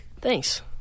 Thanks